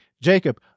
Jacob